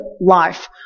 life